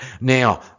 Now